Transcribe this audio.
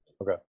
Okay